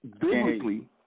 Biblically